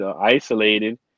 isolated